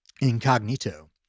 incognito